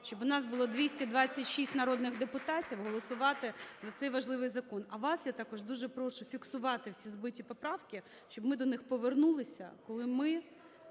щоб у нас було 226 народних депутатів голосувати за цей важливий закон. А вас я також дуже прошу фіксувати всі збиті поправки, щоб ми до них повернулися, коли ми...